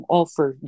offer